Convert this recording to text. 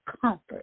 comfort